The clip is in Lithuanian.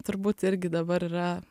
turbūt irgi dabar yra